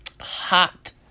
Hot